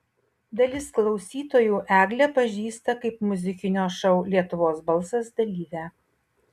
dalis klausytojų eglę pažįsta kaip muzikinio šou lietuvos balsas dalyvę